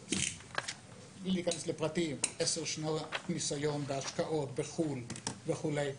בלי להיכנס לפרטים התנאים היו 10 שנות ניסיון בהשקעות בחו"ל וכולי